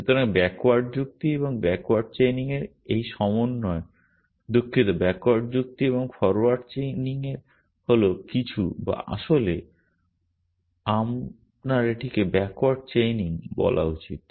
সুতরাং ব্যাকওয়ার্ড যুক্তি এবং ব্যাকওয়ার্ড চেইনিং এর এই সমন্বয় দুঃখিত ব্যাকওয়ার্ড যুক্তি এবং ফরওয়ার্ড চেইনিং হল কিছু বা আসলে আপনার এটিকে ব্যাকওয়ার্ড চেইনিং বলা উচিত